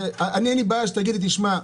אני, אין לי בעיה שתגיד לי: תשמע,